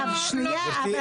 --- לא, לא.